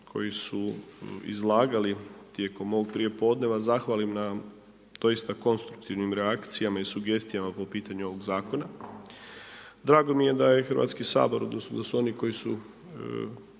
koji su izlagali tijekom ovog prijepodneva zahvalim na doista konstruktivnim reakcijama i sugestijama po pitanju ovog zakona. Drago mi je da je Hrvatski sabor odnosno a su oni koji su